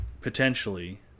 potentially